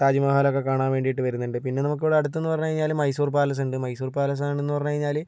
താജ്മഹലൊക്കെ കാണാൻ വേണ്ടിയിട്ട് വരുന്നുണ്ട് പിന്നെ നമുക്കിവിടെ അടുത്തെന്നു പറഞ്ഞു കഴിഞ്ഞാല് മൈസൂർ പാലസുണ്ട് മൈസൂർ പാലസാണെന്നു പറഞ്ഞു കഴിഞ്ഞാല്